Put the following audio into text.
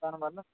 దాని వల్ల